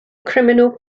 criminal